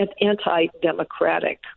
anti-democratic